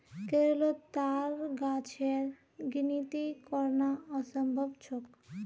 केरलोत ताड़ गाछेर गिनिती करना असम्भव छोक